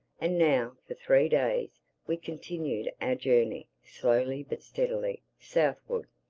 and now for three days we continued our journey slowly but steadily southward.